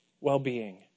well-being